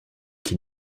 qui